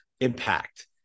impact